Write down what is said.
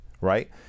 right